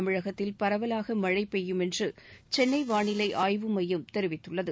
தமிழகத்தில் பரவலாக மழை பெய்யுமென்று சென்னை வானிலை ஆய்வு மையம் தெரிவித்துள்ளது